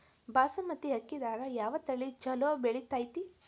ಬಾಸುಮತಿ ಅಕ್ಕಿದಾಗ ಯಾವ ತಳಿ ಛಲೋ ಬೆಳಿತೈತಿ?